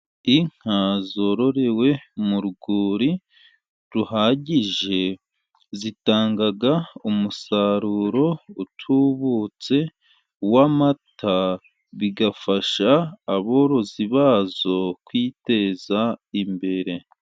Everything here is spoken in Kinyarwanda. Inka zororewe mu rwuri ruhagije zitanga umusaruro utubutse w'amata bigafasha aborozi bazo kwiteza imbere.